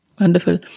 Wonderful